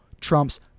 Trump's